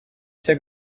все